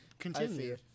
continue